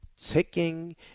ticking